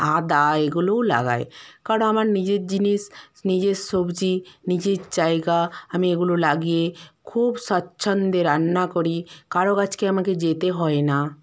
আদা এগুলোও লাগাই কারণ আমার নিজের জিনিস নিজের সবজি নিজের জায়গা আমি এগুলো লাগিয়ে খুব স্বাচ্ছন্দ্যে রান্না করি কারও কাছে আমাকে যেতে হয় না